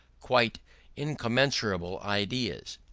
quite incommensurable ideas.